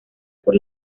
por